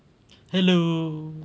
hello